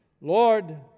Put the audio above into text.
Lord